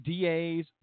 DAs